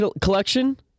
collection